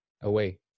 away